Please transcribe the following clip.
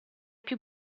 più